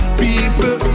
people